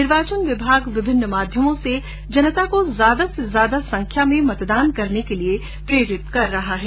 निर्वाचन विभाग विभिन्न माध्यमों से जनता को ज्यादा से ज्यादा संख्या में मतदान करने के लिए प्रेरित कर रहा है